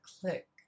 click